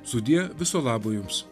sudie viso labo jums